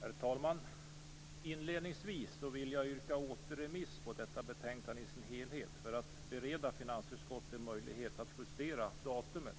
Herr talman! Inledningsvis vill jag yrka återremiss på detta betänkande i dess helhet, detta för att bereda finansutskottet möjlighet att justera datumet